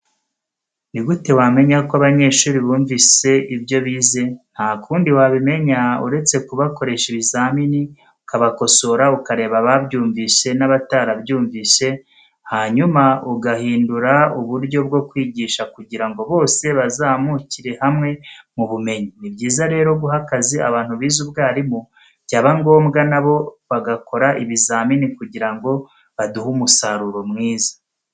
Ni gute wamenya ko abanyeshuri bumvise ibyo bize? Ntakundi wabimenya uretse kubakoresha ibizamini, ukabakosora ukareba ababyumvishe n'abatarabyumvishe, hanyuma ugahindura uburyo bwo kwigisha kugira ngo bose bazamukire hawe mu bumenyi. Ni byiza rero guha akazi abantu bize ubwarimu byaba ngombwa na bo bagakora ibizamini kugira ngo baduhe umusaruro mwiza.